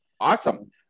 Awesome